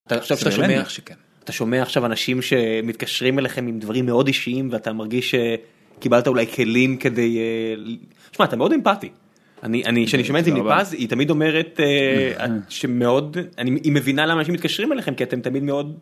אתה שומע עכשיו אנשים שמתקשרים אליכם עם דברים מאוד אישיים ואתה מרגיש שקיבלת אולי כלים כדי... תשמע, אתה מאוד אמפטי. אני אני שאני שומע את זה מפז, היא תמיד אומרת שמאוד... היא מבינה למה מתקשרים אליכם כי אתם תמיד מאוד.